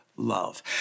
love